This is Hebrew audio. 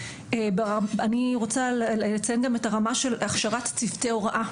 אני רוצה לציין את הרמה של הכשרת צוותי הוראה.